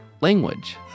language